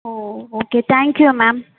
oh okay thank you ma'am